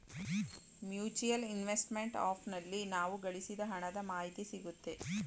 mutual investment app ನಲ್ಲಿ ನಾವು ಗಳಿಸಿದ ಹಣದ ಮಾಹಿತಿ ಸಿಗುತ್ತೆ